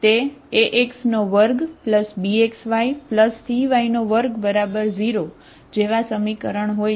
તે ax2bxycy20 જેવા સમીકરણ હોય છે